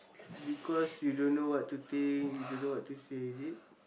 because you don't know what to think you don't know what to say is it